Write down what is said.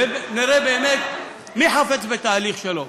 ונראה באמת מי חפץ בתהליך שלום.